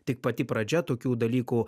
tik pati pradžia tokių dalykų